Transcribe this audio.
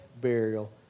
burial